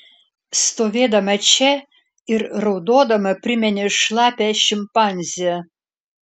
stovėdama čia ir raudodama primeni šlapią šimpanzę